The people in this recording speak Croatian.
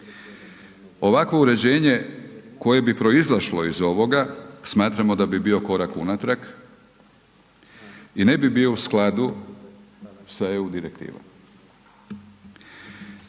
Ovakvo uređenje koje bi proizašlo iz ovoga smatramo da bi bio korak unatrag i ne bi bio u skladu sa EU direktivom.